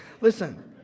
Listen